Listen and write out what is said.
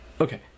Okay